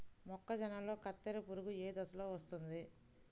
మొక్కజొన్నలో కత్తెర పురుగు ఏ దశలో వస్తుంది?